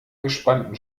gespannten